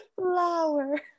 flower